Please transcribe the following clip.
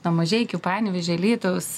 nuo mažeikių panevėžio alytaus